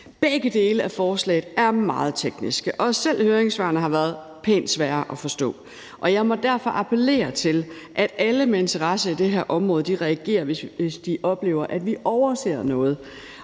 Begge dele af forslaget er meget tekniske, og selv høringssvarene har været pænt svære at forstå. Jeg må derfor appellere til, at alle med interesse i det her område reagerer, hvis de oplever, at vi overser noget.